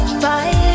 fight